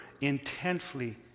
intensely